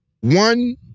one